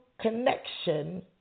connection